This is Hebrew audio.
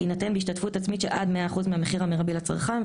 יינתן בהשתתפות עצמית של עד 100% מהמחיר המרבי לצרכן,